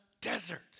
desert